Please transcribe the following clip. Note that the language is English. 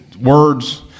words